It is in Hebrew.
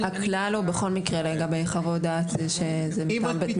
הכלל הוא בכל מקרה לגבי חוות דעת שזה מטעם בית משפט.